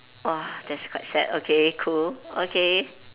!wah! that's quite sad okay cool okay